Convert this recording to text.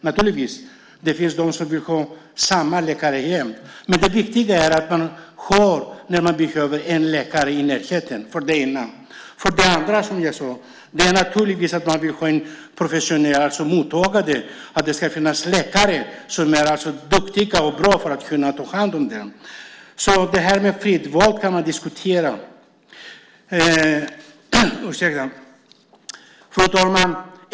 Naturligtvis finns det de som vill ha samma läkare jämt, men det viktiga är att man har en läkare i närheten när man behöver det. Det är det ena. Det andra är att man naturligtvis vill ha en professionell mottagare och att det ska finnas läkare som är duktiga och bra på att kunna ta hand om en. Det här med fritt val kan man alltså diskutera. Fru talman!